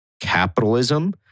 capitalism